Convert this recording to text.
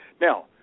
Now